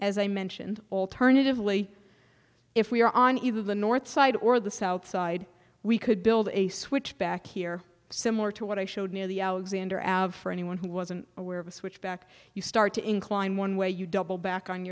as i mentioned alternatively if we are on either the north side or the south side we could build a switch back here similar to what i showed near the alexander av for anyone who wasn't aware of a switch back you start to incline one way you double back on